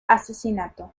asesinato